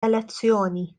elezzjoni